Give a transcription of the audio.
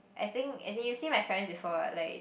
I think as in you see my parents before what like